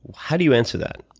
how do you answer that?